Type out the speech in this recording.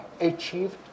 achieved